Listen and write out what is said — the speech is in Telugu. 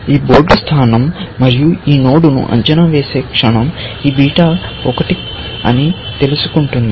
ఈ బోర్డు స్థానం మరియు ఈ నోడ్ను అంచనా వేసే క్షణం ఈ బీటా 1 అని తెలుసుకుంటుంది